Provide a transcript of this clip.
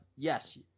Yes